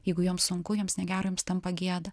jeigu joms sunku joms negera tampa gėda